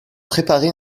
préparé